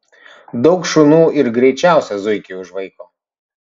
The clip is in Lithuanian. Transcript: daug šunų ir greičiausią zuikį užvaiko